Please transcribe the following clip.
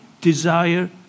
desire